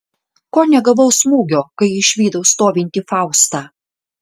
ko negavau smūgio kai išvydau stovintį faustą